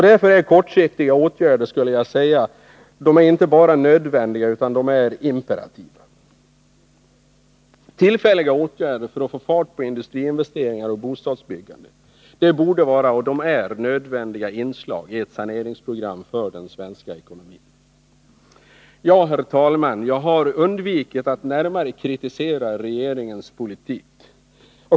Därför är kortsiktiga åtgärder inte bara nödvändiga utan imperativa. Tillfälliga åtgärder för att få fart på industriinvesteringar och bostadsbyggande borde vara och är nödvändiga inslag i ett saneringsprogram för den svenska ekonomin. Herr talman! Jag har undvikit att närmare kritisera regeringens politik.